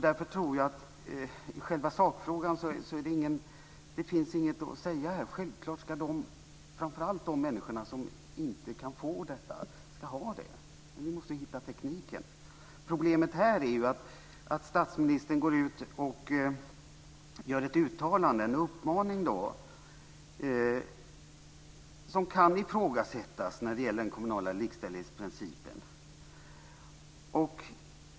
Därför tror jag att det inte finns något att säga i själva sakfrågan. Självklart ska framför allt de människor som inte kan få detta ha det, men vi måste hitta tekniken. Problemet här är att statsministern går ut och gör ett uttalande, en uppmaning, som kan ifrågasättas när det gäller den kommunala likställighetsprincipen.